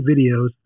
videos